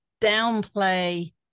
downplay